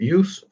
use